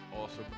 awesome